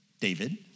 David